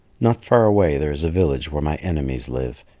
not far away there is a village where my enemies live.